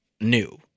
new